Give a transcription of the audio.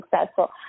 successful